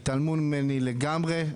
התעלמו ממני לגמרי,